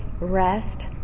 rest